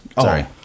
sorry